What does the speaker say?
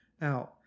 Now